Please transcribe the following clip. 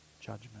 judgment